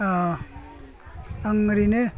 आं ओरैनो